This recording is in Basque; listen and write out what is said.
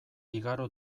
igaro